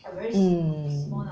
mm